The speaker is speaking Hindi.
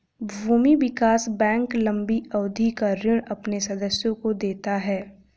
भूमि विकास बैंक लम्बी अवधि का ऋण अपने सदस्यों को देता है